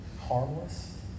harmless